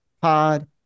pod